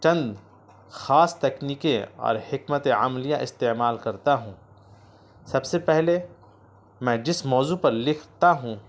چند خاص تکنیکیں اور حکمتِ عملیہ استعمال کرتا ہوں سب سے پہلے میں جس موضوع پر لکھتا ہوں